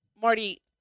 Marty